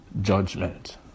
judgment